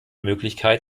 möglichkeit